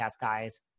guys